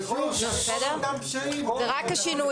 אבל שוב, זה הכול אותם --- זה רק השינויים.